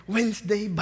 Wednesday